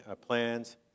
plans